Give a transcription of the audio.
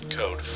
Code